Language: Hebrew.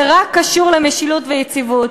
זה קשור רק למשילות ויציבות.